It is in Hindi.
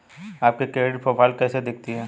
आपकी क्रेडिट प्रोफ़ाइल कैसी दिखती है?